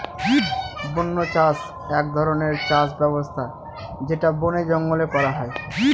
বন্য চাষ এক ধরনের চাষ ব্যবস্থা যেটা বনে জঙ্গলে করা হয়